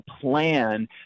plan